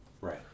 Right